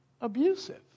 abusive